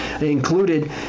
included